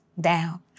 down